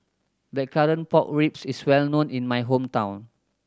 Blackcurrant Pork Ribs is well known in my hometown